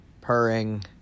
purring